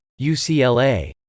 UCLA